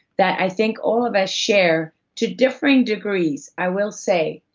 that i think all of us share to differing degrees, i will say,